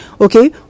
Okay